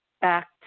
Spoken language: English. back